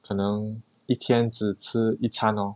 可能一天只吃一餐 lor